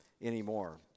anymore